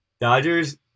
Dodgers